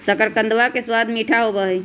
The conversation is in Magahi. शकरकंदवा के स्वाद मीठा होबा हई